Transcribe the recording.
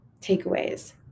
takeaways